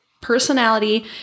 personality